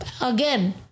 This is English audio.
again